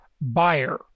buyer